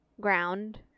ground